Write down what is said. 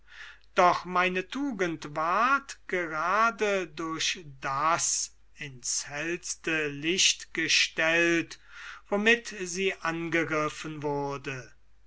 doch meine tugend ward gerade durch das in's hellste licht gestellt womit sie angegriffen wurde